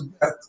death